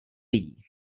lidí